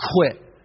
quit